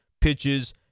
pitches